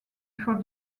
for